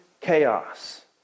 chaos